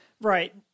right